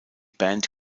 band